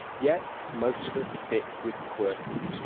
yet most of us stick with qwerty.